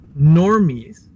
normies